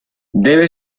debe